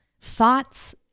thoughts